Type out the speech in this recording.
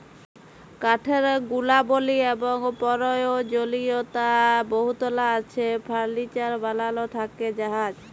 কাঠের গুলাবলি এবং পরয়োজলীয়তা বহুতলা আছে ফারলিচার বালাল থ্যাকে জাহাজ